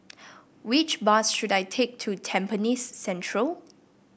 which bus should I take to Tampines Central